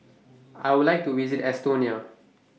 I Would like to visit Estonia